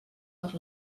per